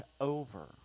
over